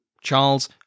Charles